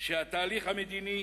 שהתהליך המדיני